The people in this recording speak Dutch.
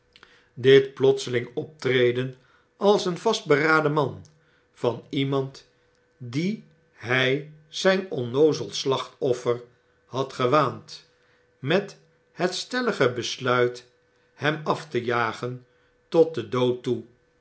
dit plotseling optreden als een vastberaden man van iemand dien hy zyn onnoozel slachtoffer had gewaand met het stellige besluit hem af te jagen tot den dood toe